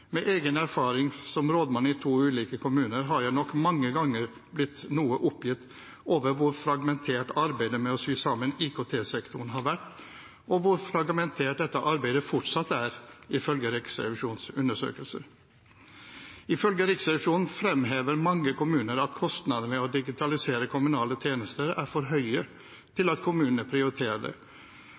Med egen erfaring som rådmann i to ulike kommuner har jeg nok mange ganger blitt noe oppgitt over hvor fragmentert arbeidet med å sy sammen IKT-sektoren har vært, og hvor fragmentert dette arbeidet fortsatt er, ifølge Riksrevisjonens undersøkelse. Ifølge Riksrevisjonen fremhever mange kommuner at kostnadene med å digitalisere kommunale tjenester er for høye til at kommunene prioriterer det,